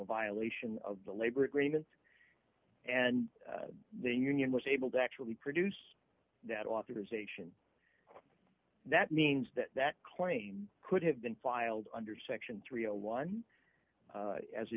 violation of the labor agreements and the union was able to actually produce that authorization that means that that claim could have been filed under section three a one as a